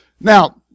Now